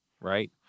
right